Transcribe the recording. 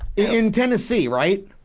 in tennessee right?